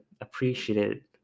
appreciated